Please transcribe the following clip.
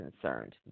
concerned